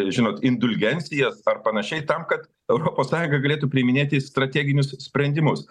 žinot indulgencijas ar panašiai tam kad europos sąjunga galėtų priiminėti strateginius sprendimus